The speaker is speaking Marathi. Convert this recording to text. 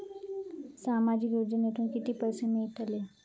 सामाजिक योजनेतून किती पैसे मिळतले?